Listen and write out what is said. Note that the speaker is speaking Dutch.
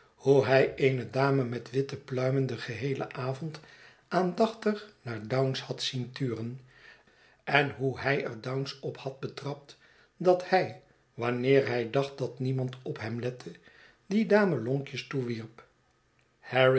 hoe hij eene dame met witte pluimen den geheelen avond aandach tig naar dounce had zienturen en hoe hij er dounce op had betrapt dat hij wanneer hij dacht dat niemand op hem lette die dame lonkjes toewierp